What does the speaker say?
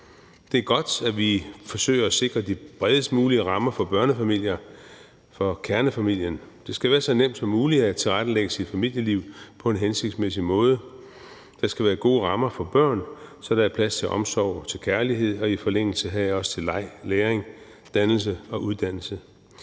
Det er godt, at vi forsøger at sikre de bredest mulige rammer for børnefamilier, for kernefamilien. Det skal være så nemt som muligt at tilrettelægge sit familieliv på en hensigtsmæssig måde. Der skal være gode rammer for børn, så der er plads til omsorg og til kærlighed og i forlængelse heraf også til leg, læring, dannelse og uddannelse.